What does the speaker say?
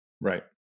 Right